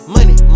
Money